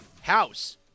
house